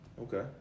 okay